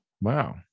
wow